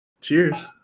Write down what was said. Cheers